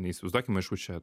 neįsivaizduokim aišku čia